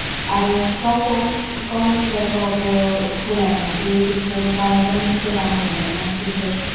अब गाउँको गउँतिरको अब स्कुलहरूमा चाहिँ त्यस्तो पढाइ पनि त्यस्तो राम्रो हुँदैन टिचर्स